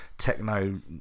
techno